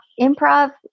improv